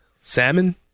salmon